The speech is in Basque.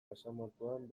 basamortuan